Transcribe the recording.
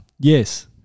Yes